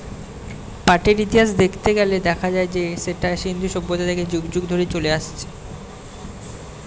পাটের ইতিহাস দেখতে গেলে দেখা যায় যে সেটা সিন্ধু সভ্যতা থেকে যুগ যুগ ধরে চলে আসছে